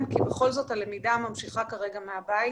כי בכל זאת הלמידה ממשיכה כרגע מהבית.